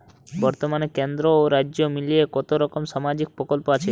বতর্মানে কেন্দ্র ও রাজ্য মিলিয়ে কতরকম সামাজিক প্রকল্প আছে?